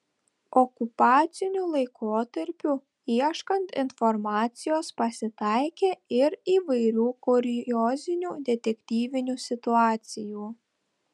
okupaciniu laikotarpiu ieškant informacijos pasitaikė ir įvairių kuriozinių detektyvinių situacijų